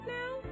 now